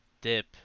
dip